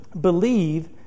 believe